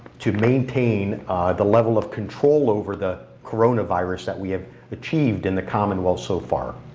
to maintain the level of control over the coronavirus that we have achieved in the commonwealth so far.